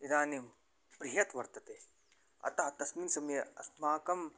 इदानीं बृहत् वर्तते अतः तस्मिन् समये अस्माकम्